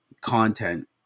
content